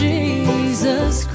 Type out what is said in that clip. Jesus